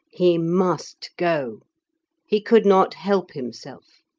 he must go he could not help himself,